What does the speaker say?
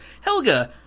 helga